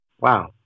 wow